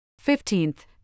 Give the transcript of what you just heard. Fifteenth